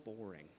boring